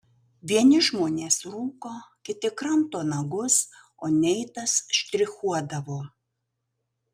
vieni žmonės rūko kiti kramto nagus o neitas štrichuodavo